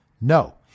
No